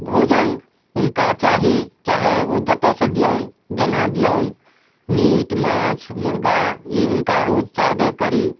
भोजन हुनका चाही चाहे ओ जतऽ सँ दियौन जेना दियौन मीट माछ मुर्गा ई हुनका रोज चाहबे करी